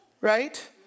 Right